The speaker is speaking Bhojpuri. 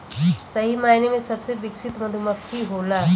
सही मायने में सबसे विकसित मधुमक्खी होला